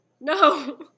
No